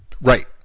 Right